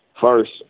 first